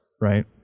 right